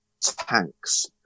tanks